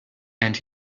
and